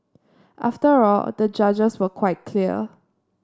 after all the judges were quite clear